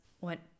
went